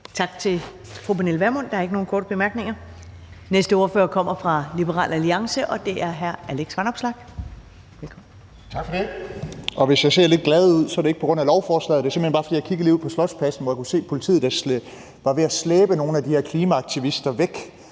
Tak til fru Pernille Vermund. Der er ikke nogen korte bemærkninger. Den næste ordfører kommer fra Liberal Alliance, og det er hr. Alex Vanopslagh. Velkommen. Kl. 14:16 (Ordfører) Alex Vanopslagh (LA): Tak for det. Hvis jeg ser lidt glad ud, er det ikke på grund af lovforslaget – det er simpelt hen, bare fordi jeg lige kiggede ud på Slotspladsen, hvor jeg kunne se, at politiet var ved at slæbe nogle af de her klimaaktivister,